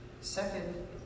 Second